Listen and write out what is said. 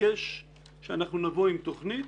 ביקש שאנחנו נבוא עם תוכנית.